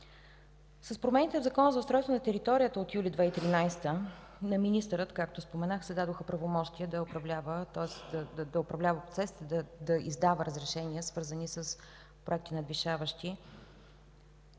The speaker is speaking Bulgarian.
С промените в Закона за устройство на територията от юли 2013 г. на министъра, както споменах, се дадоха правомощия да управлява процесите, да издава разрешения, свързани с проекти, надвишаващи